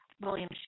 William